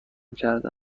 کرده